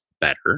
better